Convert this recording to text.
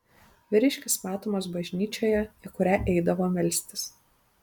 vyriškis matomas bažnyčioje į kurią eidavo melstis